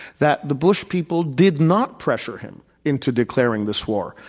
that the bush people did not pressure him into declaring this war.